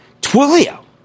Twilio